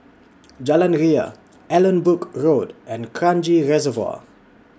Jalan Ria Allanbrooke Road and Kranji Reservoir